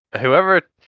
whoever